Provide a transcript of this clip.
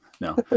No